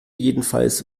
jedenfalls